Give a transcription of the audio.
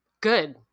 Good